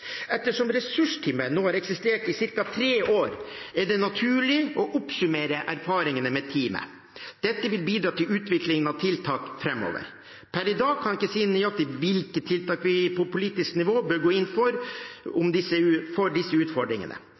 Ettersom ressursteamet nå har eksistert i ca. tre år, er det naturlig å oppsummere erfaringene med teamet. Dette vil bidra til utviklingen av tiltak framover. Per i dag kan jeg ikke si nøyaktig hvilke tiltak vi på politisk nivå bør gå inn for når det gjelder disse utfordringene.